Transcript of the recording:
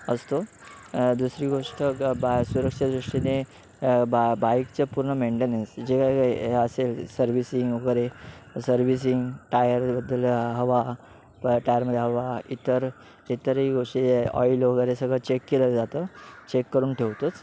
असतो दुसरी गोष्ट सुरक्षा दृष्टीने बा बाईकचं पूर्ण मेंटेनन्स जे काही काही असेल सर्व्हिसिंग वगैरे सर्विसिंग टायरबद्दल हवा टायरमध्ये हवा इतर इतरही गोष्टी ऑईल वगैरे सगळं चेक केलं जातं चेक करून ठेवतोच